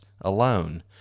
alone